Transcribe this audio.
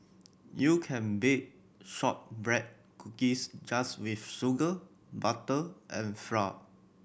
you can bake shortbread cookies just with sugar butter and flour